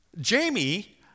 Jamie